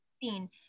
seen